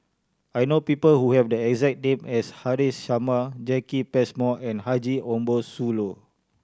I know people who have the exact name as Haresh Sharma Jacki Passmore and Haji Ambo Sooloh